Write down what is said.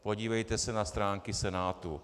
Podívejte se na stránky Senátu.